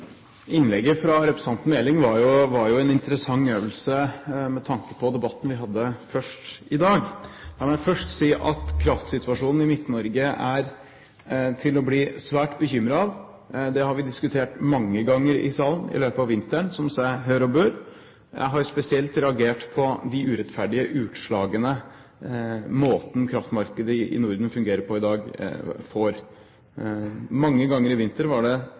Innlegget fra representanten Meling var jo en interessant øvelse med tanke på debatten vi hadde først i dag. La meg først si at kraftsituasjonen i Midt-Norge er til å bli svært bekymret over. Det har vi diskutert mange ganger i salen i løpet av vinteren, som seg hør og bør. Jeg har spesielt reagert på de urettferdige utslagene man får av måten kraftmarkedet i Norden fungerer på i dag. Mange ganger i vinter var det